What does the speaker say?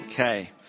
Okay